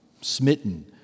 smitten